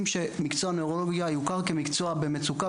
שמקצוע הנוירולוגיה יוכר כמקצוע במצוקה,